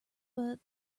but